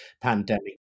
pandemic